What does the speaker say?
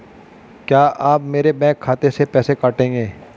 क्या आप मेरे बैंक खाते से पैसे काटेंगे?